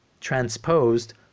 transposed